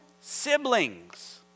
siblings